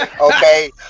okay